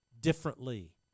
differently